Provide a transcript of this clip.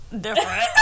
different